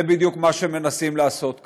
זה בדיוק מה שמנסים לעשות כאן.